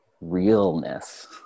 realness